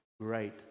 great